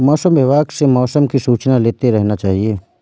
मौसम विभाग से मौसम की सूचना लेते रहना चाहिये?